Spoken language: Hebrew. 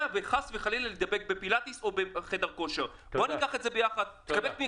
לחדר פילאטיס או לחדר כושר וחס חלילה להידבק שם.